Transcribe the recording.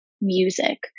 music